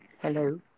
Hello